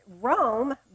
Rome